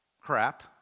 Crap